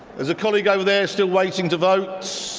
is a colleague over there situating to vote.